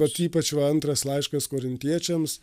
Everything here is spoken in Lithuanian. bet ypač jo antras laiškas korintiečiams